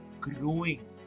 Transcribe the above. growing